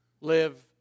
live